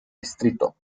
distrito